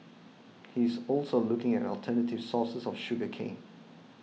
he is also looking at alternative sources of sugar cane